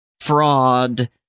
fraud